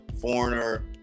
foreigner